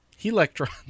electrons